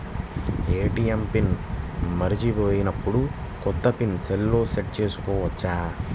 ATM pin మరచిపోయినప్పుడు, కొత్త pin సెల్లో సెట్ చేసుకోవచ్చా?